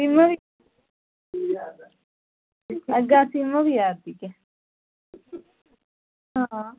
इ'यां बी चाती सिमो दी जारदियै हां